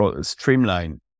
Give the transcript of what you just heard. streamline